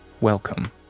Welcome